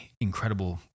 incredible